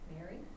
Mary